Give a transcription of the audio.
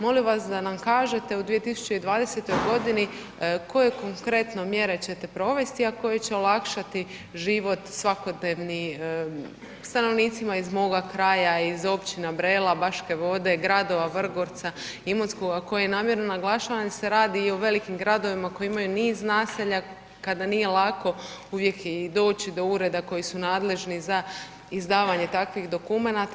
Molim vas da nam kažete u 2020. godini koje konkretno mjere ćete provesti, a koje će olakšati život svakodnevni stanovnicima iz moga kraja iz Općina Brela, Baške Vode, gradova Vrgorca, Imotskoga koje namjerno naglašavam jer se radi o velikim gradovima koji imaju niz naselja kada nije lako uvijek i doći do ureda koji su nadležni za izdavanje takvih dokumenata?